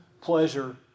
pleasure